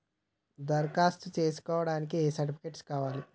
దరఖాస్తు చేస్కోవడానికి ఏ సర్టిఫికేట్స్ కావాలి?